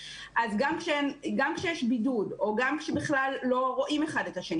אז גם כשיש בידוד או גם כשבכלל לא רואים את אחד את השני